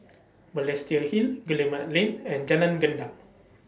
Balestier Hill Guillemard Lane and Jalan Gendang